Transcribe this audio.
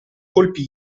colpi